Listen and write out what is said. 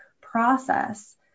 process